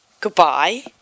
goodbye